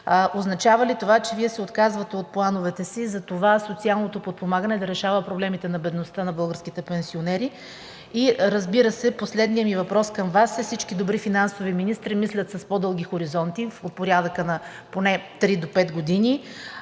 означава ли това, че Вие се отказвате от плановете си за това социалното подпомагане да решава проблемите на бедността на българските пенсионери. Разбира се, последният ми въпрос към Вас е: всички добри финансови министри мислят с по-дълги хоризонти – от порядъка поне от 3 до 5 години,